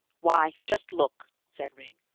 why, just look, said ringg.